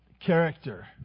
character